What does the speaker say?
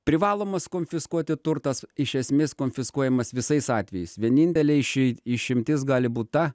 privalomas konfiskuoti turtas iš esmės konfiskuojamas visais atvejais vienintelė išeit išimtis gali būt ta